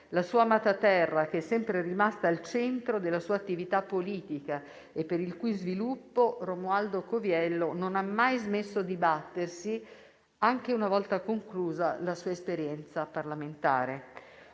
la sua amata terra che è sempre rimasta al centro della sua attività politica e per il cui sviluppo Romualdo Coviello non ha mai smesso di battersi, anche una volta conclusa la sua esperienza parlamentare.